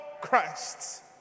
Christ